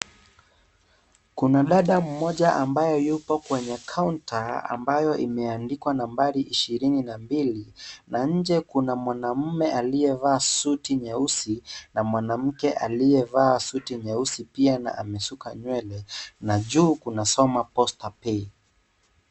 Kuna dada mmoja ambaye yupo kwenye kaunta ambayo imeandikwa nambari ishirini na mbili na nje kuna mwanaume aliyevaa suti nyeusi na mwanamke aliyevaa suti nyeusi pia na amesuka nywele. Na juu kunasoma "Posta Pay".